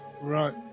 right